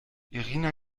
irina